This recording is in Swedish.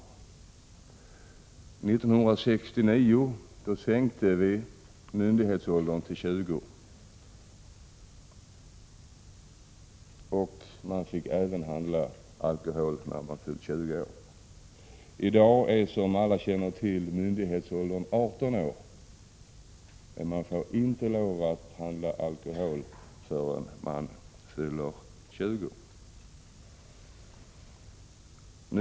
1969 sänktes myndighetsåldern till 20 år, och vid den åldern fick man köpa alkohol. I dag är, som alla vet, myndighetsåldern 18 år, men man får inte lov att handla alkohol förrän man har fyllt 20 år.